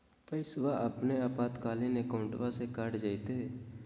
पैस्वा अपने आपातकालीन अकाउंटबा से कट जयते?